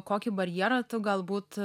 kokį barjerą tu galbūt